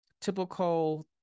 typical